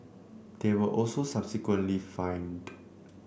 they were also subsequently fined